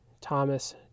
thomas